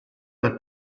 del